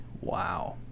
Wow